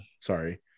Sorry